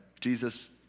Jesus